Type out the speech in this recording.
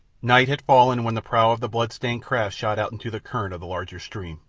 night had fallen when the prow of the bloodstained craft shot out into the current of the larger stream.